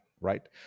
right